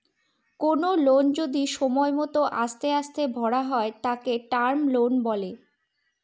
কোনো লোন যদি সময় মত আস্তে আস্তে ভরা হয় তাকে টার্ম লোন বলে